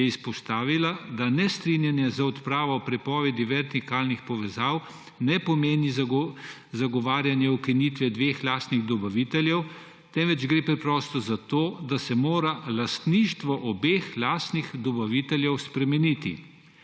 je izpostavila, da nestrinjanje z odpravo prepovedi vertikalnih povezav ne pomeni zagovarjanja ukinitve dveh lastnih dobaviteljev, temveč gre preprosto za to, da se mora lastništvo obeh lastnih dobaviteljev spremeniti.